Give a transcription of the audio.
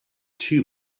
too